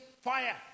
fire